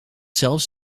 zelfs